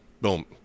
boom